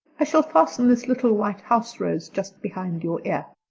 i shall fasten this little white house rose just behind your ear.